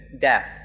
death